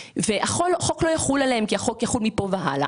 והחוק לא יחול עליהם כי החוק יחול מכאן והלאה